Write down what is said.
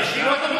שנייה,